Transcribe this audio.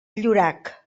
llorac